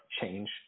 change